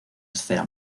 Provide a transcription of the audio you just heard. esfera